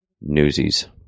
newsies